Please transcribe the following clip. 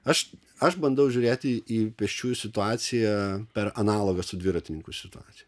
aš aš bandau žiūrėti į pėsčiųjų situacija per analogą su dviratininkų situaciją